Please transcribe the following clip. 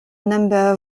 number